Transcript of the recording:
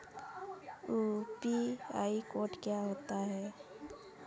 UPI code क्या होता है?